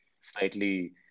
slightly